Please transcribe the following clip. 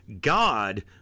God